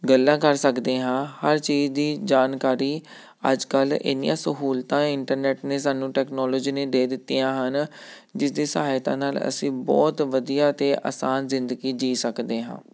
ਗੱਲਾਂ ਕਰ ਸਕਦੇ ਹਾਂ ਹਰ ਚੀਜ਼ ਦੀ ਜਾਣਕਾਰੀ ਅੱਜ ਕੱਲ੍ਹ ਇੰਨੀਆਂ ਸਹੂਲਤਾਂ ਹੈ ਇੰਟਰਨੈਟ ਨੇ ਸਾਨੂੰ ਟੈਕਨੋਲੋਜੀ ਨੇ ਦੇ ਦਿੱਤੀਆਂ ਹਨ ਜਿਸਦੀ ਸਹਾਇਤਾ ਨਾਲ ਅਸੀਂ ਬਹੁਤ ਵਧੀਆ ਅਤੇ ਆਸਾਨ ਜ਼ਿੰਦਗੀ ਜੀਅ ਸਕਦੇ ਹਾਂ